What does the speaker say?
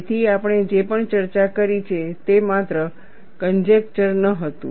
તેથી આપણે જે પણ ચર્ચા કરી છે તે માત્ર કનજેકચર ન હતું